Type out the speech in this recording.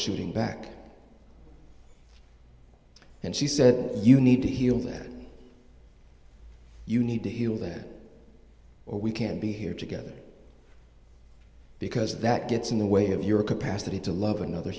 shooting back and she said you need to heal that you need to heal there or we can be here together because that gets in the way of your capacity to love another